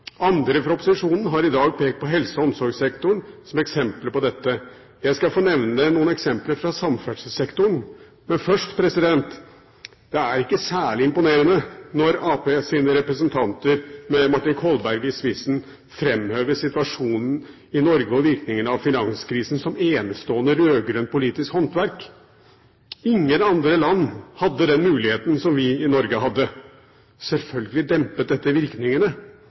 Andre fra opposisjonen har i dag pekt på helse- og omsorgssektoren som eksempler på dette. Jeg skal få nevne noen eksempler fra samferdselssektoren. Men først: Det er ikke særlig imponerende når Arbeiderpartiets representanter med Martin Kolberg i spissen framhever situasjonen i Norge og virkningene av finanskrisen som enestående rød-grønt politisk håndverk. Ingen andre land hadde den muligheten som vi i Norge hadde. Selvfølgelig dempet dette virkningene.